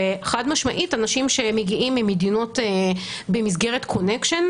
חד משמעית אנשים שמגיעים ממדינות במסגרת קונקשן,